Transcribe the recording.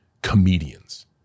comedians